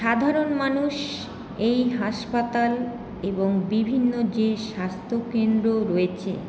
সাধারণ মানুষ এই হাসপাতাল এবং বিভিন্ন যে স্বাস্থ্যকেন্দ্র রয়েছে